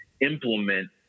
implement